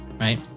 Right